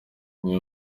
imwe